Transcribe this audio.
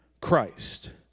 Christ